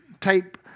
tape